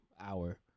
hour